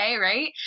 Right